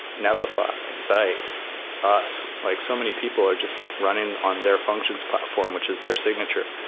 netlify, zeit us. like so many people are just running on their functions platform, which is their signature.